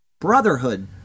Brotherhood